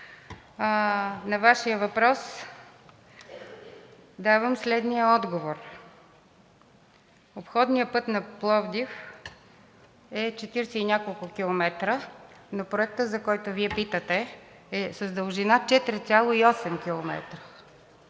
на Вашия въпрос давам следния отговор: Обходният път на Пловдив е 40 и няколко километра, а на проекта, за който Вие питате, е с дължина 4,8 км.